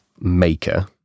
maker